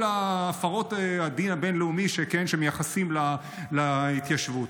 הפרות הדין הבין-לאומי שמייחסים להתיישבות.